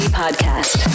podcast